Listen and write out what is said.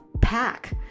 pack